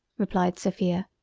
replied sophia,